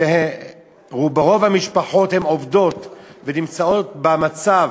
כשרוב המשפחות עובדות ונמצאות במצב